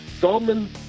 Goldman